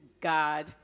God